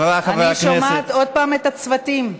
אני שומעת עוד פעם את הצוותים.